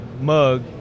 mug